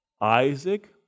Isaac